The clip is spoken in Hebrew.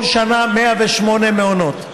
כל שנה 108 מעונות,